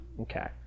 Okay